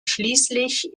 schließlich